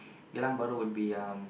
Geylang-Bahru would be um